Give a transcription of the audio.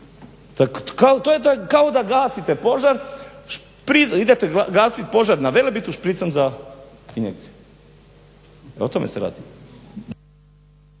to je kao da gasite požar, idete gasit požar na Velebitu špricom za injekciju. O tome se radi.